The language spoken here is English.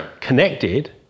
Connected